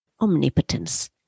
Omnipotence